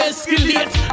escalate